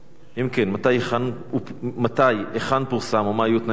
2. אם כן, מתי, היכן פורסם ומה היו תנאי הסף?